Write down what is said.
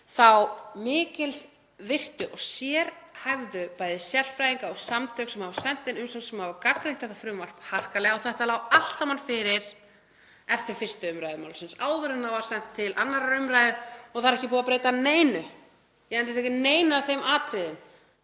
þá mikilsvirtu og sérhæfðu sérfræðinga og samtök sem hafa sent inn umsögn, sem hafa gagnrýnt þetta frumvarp harkalega. Þetta lá allt saman fyrir eftir 1. umr. málsins, áður en það var sent til 2. umr, og það er ekki búið að breyta neinu, ég endurtek ekki neinu af þeim atriðum